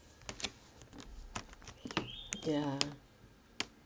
ya